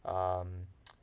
um